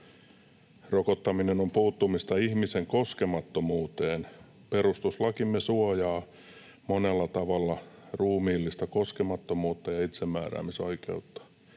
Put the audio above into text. Rokottaminen on puuttumista ihmisen koskemattomuuteen. Perustuslakimme suojaa monella tavalla ruumiillista koskemattomuutta ja itsemääräämisoikeutta.